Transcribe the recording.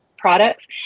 products